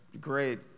great